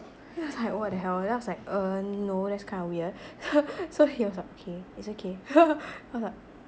then I was like oh what the hell I was like uh no that's kind of weird so he was like okay it's okay